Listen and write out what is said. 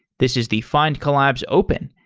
this is the findcollabs open,